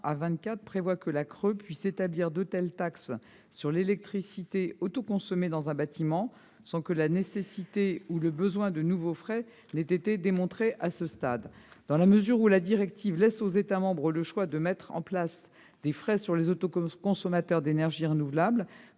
prévoient que la CRE puisse établir des frais sur l'électricité autoconsommée dans un bâtiment, sans que la nécessité ou le besoin de nouveaux frais ait été démontré à ce stade. Dans la mesure où la directive laisse aux États membres le choix de mettre en place des frais sur les autoconsommateurs d'énergies renouvelables,